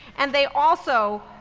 and they also,